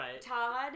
Todd